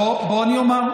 בוא, אני אומר.